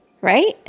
Right